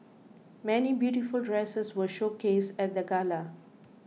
many beautiful dresses were showcased at the gala